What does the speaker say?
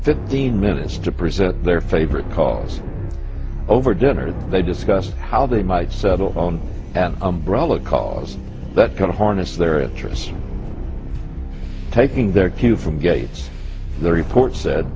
fifteen minutes to present their favorite cause over dinner they discussed how they might settle on an umbrella cause that kind of harness their interests taking their cue from gates the report said